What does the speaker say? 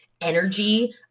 energy